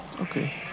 okay